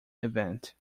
event